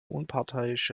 unparteiische